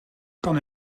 kan